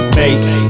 make